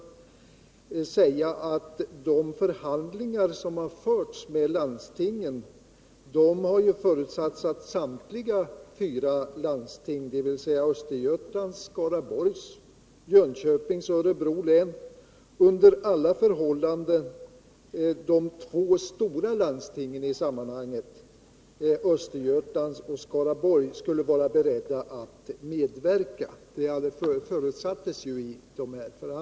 Till det vill jag säga att i de förhandlingar som förts med landstingen har förutsatts att samtliga fyra landsting, dvs. Östergötlands, Skaraborgs, Jönköpings och Örebro läns landsting, eller under alla förhållanden de två stora, nämligen Östergötlands och Skaraborgs, skulle vara beredda att medverka.